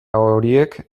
horiek